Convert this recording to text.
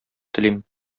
телим